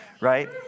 right